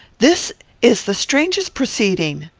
this is the strangest proceeding!